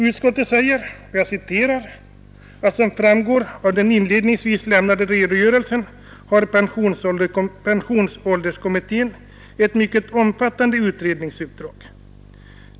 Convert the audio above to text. Utskottet skriver: ”Som framgår av den inledningsvis lämnade redogörelsen har pensionsålderskommittén ett mycket omfattande utredningsuppdrag.